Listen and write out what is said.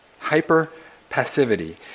Hyper-passivity